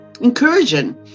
encouraging